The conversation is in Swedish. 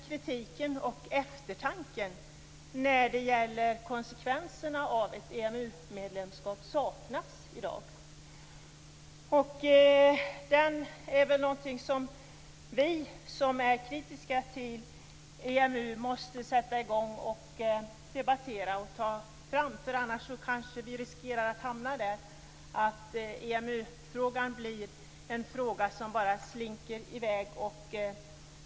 Kritiken och eftertanken när det gäller konsekvenserna av ett EMU-medlemskap saknas i dag. Vi som är kritiska till EMU måste sätta i gång och debattera och ta fram detta. Annars riskera vi att EMU-frågan blir en fråga som bara slinker i väg.